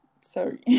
Sorry